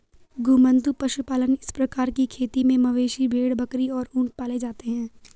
घुमंतू पशुपालन इस प्रकार की खेती में मवेशी, भेड़, बकरी और ऊंट पाले जाते है